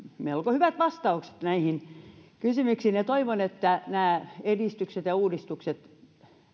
melko hyvät vastaukset näihin kysymyksiin ja toivon että nämä edistykset ja uudistukset